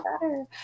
better